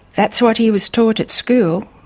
that's what he was taught at school.